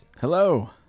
Hello